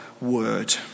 word